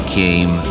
came